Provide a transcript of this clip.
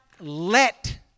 let